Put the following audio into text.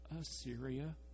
Assyria